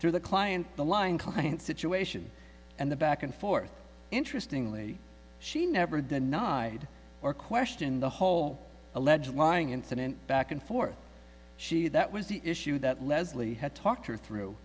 through the client the line kind of situation and the back and forth interestingly she never denied or question the whole alleged lying incident back and forth she that was the issue that leslie had talked her through